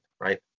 right